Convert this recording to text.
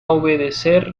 obedecer